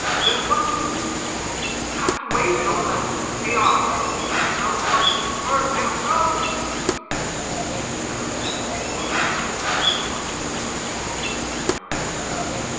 they're the ones who cast away the elements, the chaos that this realm was first. i don't know! and she seems she's kind of but bungled um bungled and unable to really formulate what you're asking.